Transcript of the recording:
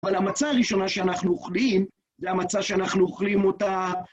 אבל המצה הראשונה שאנחנו אוכלים, זה המצה שאנחנו אוכלים אותה...